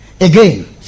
Again